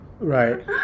right